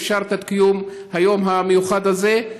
שאפשרת את קיום היום המיוחד הזה,